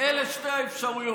אלה שתי האפשרויות.